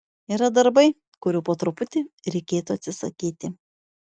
yra darbai kurių po truputį reikėtų atsisakyti